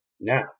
Now